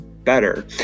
better